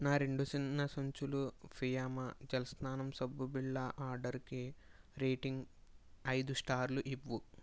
నా రెండు చిన్న సంచులు ఫియామా జెల్ స్నానం సబ్బు బిళ్ళ ఆర్డరుకి రేటింగ్ ఐదు స్టార్లు ఇవ్వు